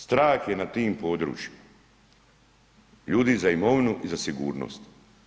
Strah je na tim područjima ljudi za imovinu i za sigurnost.